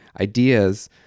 ideas